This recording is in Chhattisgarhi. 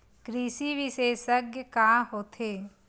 कृषि विशेषज्ञ का होथे?